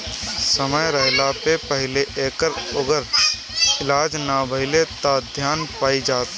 समय रहला से पहिले एकर अगर इलाज ना भईल त धान पइया जाई